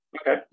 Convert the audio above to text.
Okay